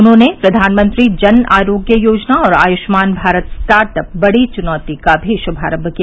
उन्होंने प्रधानमंत्री जन आरोग्य योजना और आयुष्मान भारत स्टार्टअप बड़ी चुनौती का भी शुभारंभ किया